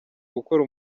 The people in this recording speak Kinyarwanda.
gukora